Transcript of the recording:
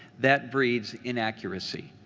that breeds inaccuracy.